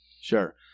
Sure